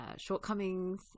shortcomings